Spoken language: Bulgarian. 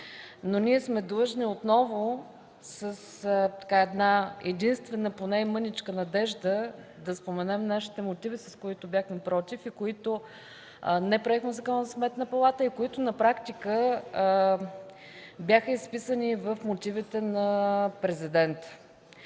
но сме длъжни отново с една-единствена, поне и мъничка надежда, да споменем нашите мотиви, с които бяхме „против”, не приехме Закона за Сметната палата и които бяха написани и в мотивите на Президента.